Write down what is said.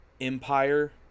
Empire